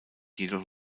jedoch